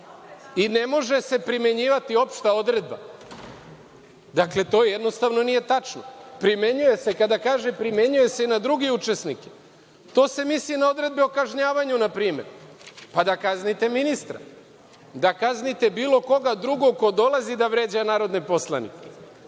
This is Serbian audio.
I, ne može se primenjivati opšta odredba. Dakle, to jednostavno nije tačno. Primenjuje se. Kada kaže- primenjuje se i na druge učesnike, to se misli na odredbe o kažnjavanju na primer, pa da kaznite ministra. Da kaznite bilo koga drugog ko dolazi da vređa narodne poslanike.A,